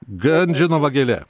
gan žinoma gėlė